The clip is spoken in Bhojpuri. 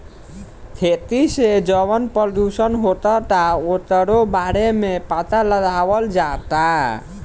खेती से जवन प्रदूषण होखता ओकरो बारे में पाता लगावल जाता